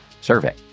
survey